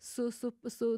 su su su